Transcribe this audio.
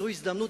זו הזדמנות.